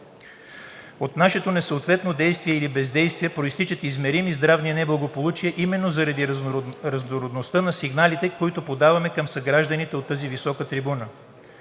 От нашето несъответно действие или бездействие произтичат измерими здравни неблагополучия именно заради разнородността на сигналите, които подаваме към съгражданите от тази висока трибуна.